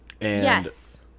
Yes